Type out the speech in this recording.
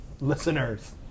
listeners